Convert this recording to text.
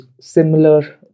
similar